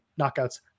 knockouts